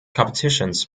competitions